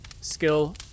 skill